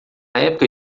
época